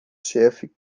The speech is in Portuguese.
chefe